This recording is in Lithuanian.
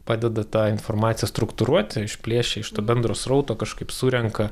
padeda tą informaciją struktūruoti išplėšia iš to bendro srauto kažkaip surenka